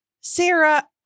Sarah